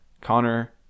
Connor